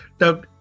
Now